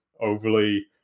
overly